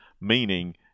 meaning